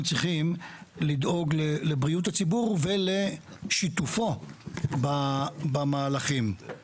צריכים לדאוג לבריאות הציבור ולשיתופו במהלכים.